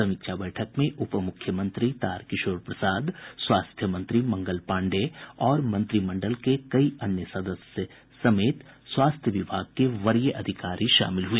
समीक्षा बैठक में उप मुख्यमंत्री तारकिशोर प्रसाद स्वास्थ्य मंत्री मंगल पांडेय और मंत्रिमंडल के कई अन्य सदस्य समेत स्वास्थ्य विभाग के वरीय अधिकारी शामिल हुए